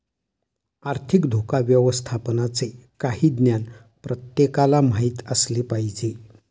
आर्थिक धोका व्यवस्थापनाचे काही ज्ञान प्रत्येकाला माहित असले पाहिजे